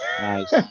Nice